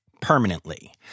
permanently